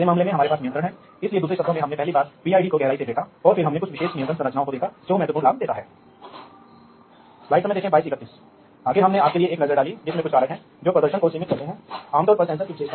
अब जब आपके पास है एक बार जब आप किसी दिए गए कंपनी के उपकरण के कुछ हिस्सों को खरीदते हैं तो आप वास्तव में उस कंपनी से बंध जाते हैं क्योंकि यदि आप किसी अन्य कंपनी से कुछ और खरीदते हैं तो बेहतर कार्यक्षमता हो सकती है जो सस्ती हो सकती है